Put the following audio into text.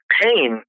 pain